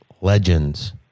Legends